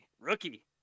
rookie